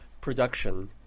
production